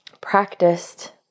practiced